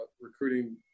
recruiting